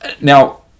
Now